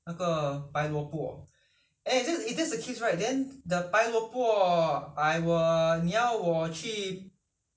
其实那白萝卜我已经买了在里面那个那个冰箱里面已经有了所以不需要买